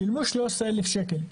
שילמו 13 אלף שקל.